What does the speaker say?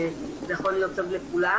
וזה יכול להיות טוב לכולם,